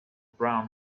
brown